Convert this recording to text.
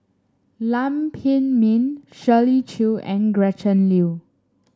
Lam Pin Min Shirley Chew and Gretchen Liu